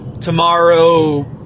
tomorrow